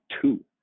two